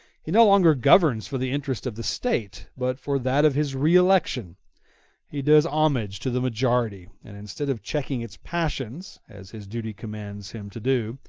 he no longer governs for the interest of the state, but for that of his re-election he does homage to the majority, and instead of checking its passions, as his duty commands him to do,